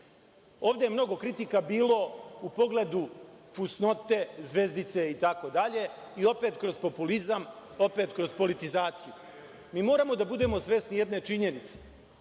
ovde je mnogo kritika bilo u pogledu fus note, zvezdice itd i opet kroz populizam, opet kroz politizaciju. Mi moramo da budemo svesni jedne činjenice,